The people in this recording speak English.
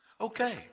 Okay